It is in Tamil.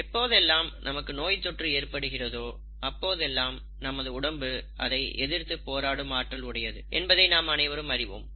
எப்போதெல்லாம் நமக்கு நோய் தொற்று ஏற்படுகிறதோ அப்பொழுதெல்லாம் நமது உடம்பு அதை எதிர்த்து போராடும் ஆற்றல் உடையது என்பதை நாம் அனைவரும் அறிவோம்